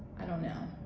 i don't know.